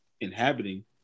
inhabiting